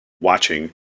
watching